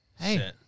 Hey